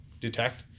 detect